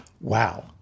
wow